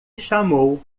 chamou